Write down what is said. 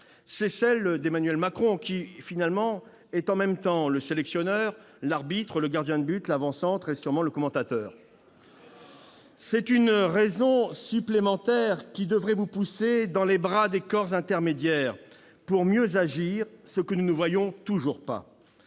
sont celles d'Emmanuel Macron, qui est en même temps le sélectionneur, l'arbitre, le gardien de but, l'avant-centre et le commentateur. C'est une raison supplémentaire qui devrait vous pousser dans les bras des corps intermédiaires pour mieux agir, ce que nous ne voyons toujours pas.